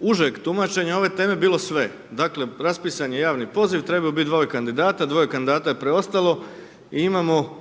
užeg tumačenja ove teme bilo sve. Dakle, raspisan je javni poziv, trebalo bi biti 2 kandidata, 2 kandidata je preostalo i imamo